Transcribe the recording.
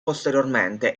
posteriormente